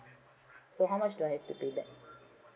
so how much do I to pay back